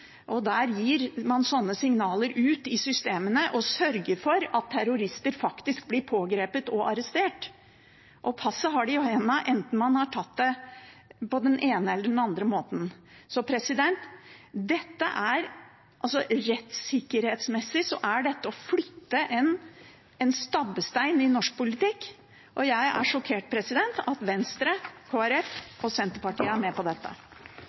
og der gir man sånne signaler ut i systemene og sørger for at terrorister faktisk blir pågrepet og arrestert. Passet har de med seg enten man har tatt det på den ene eller den andre måten. Rettssikkerhetsmessig er dette å flytte en stabbestein i norsk politikk. Jeg er sjokkert over at Venstre, Kristelig Folkeparti og Senterpartiet er med på dette.